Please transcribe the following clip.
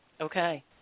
Okay